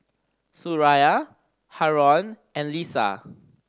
Suria Haron and Lisa